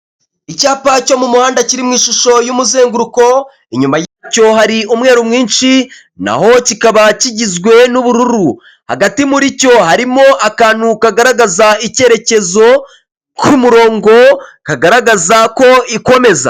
Icyapa cyo muhanda kiri mu ishusho y'umuzenguruko, inyuma yacyo hari umweru mwinshi, naho kikaba kigizwe n'ubururu, hagati muri cyo harimo akantu kagaragaza icyerekezo k'umurongo, kagaragaza ko ikomeza.